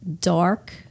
dark